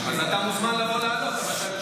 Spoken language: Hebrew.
אז אתה מוזמן לעלות לענות.